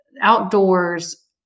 outdoors